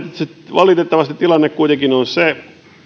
valitettavasti tilanne kuitenkin on se että